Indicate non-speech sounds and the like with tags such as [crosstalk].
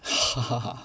[laughs]